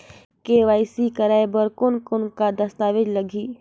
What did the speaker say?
KYC कराय बर कौन का दस्तावेज लगही?